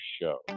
Show